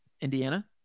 Indiana